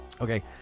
Okay